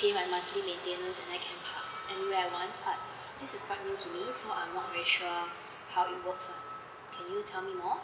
pay my monthly maintenance and I can park anywhere I want but this is quite new to me so I'm not very sure how it works lah can you tell me more